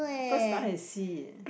first time I see